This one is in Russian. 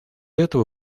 этого